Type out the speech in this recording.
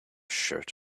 shirt